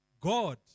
God